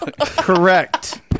correct